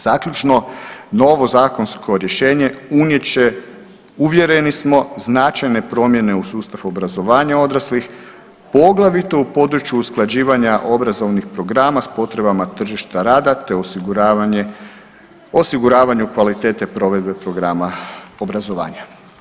Zaključno, novo zakonsko rješenje unijet će, uvjereni smo, značajne promjene u sustav obrazovanja odraslih, poglavito u području usklađivanja obrazovnih programa s potrebama tržišta rada te osiguravanje kvalitete provedbe programa obrazovanja.